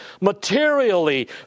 materially